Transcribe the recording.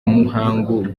muhangu